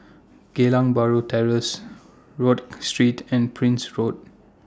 Geylang Bahru Terrace Rodyk Street and Prince Road